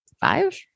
Five